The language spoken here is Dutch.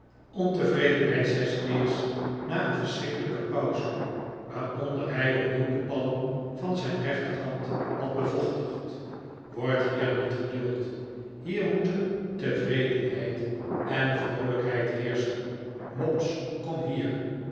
ontevredenheid zei squeers na een verschrikkelijke pauze waaronder hij opnieuw de palm van zijn rechterhand had bevochtigd wordt hier niet geduld hier moeten tevredenheid en vroolijkheid heerschen mobbs kom hier